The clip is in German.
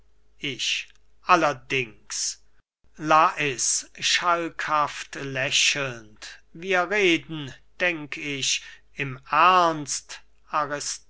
ich allerdings lais schalkhaft lächelnd wir reden denk ich im ernst